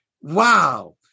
Wow